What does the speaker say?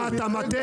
סליחה, אתה מטעה.